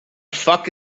fuck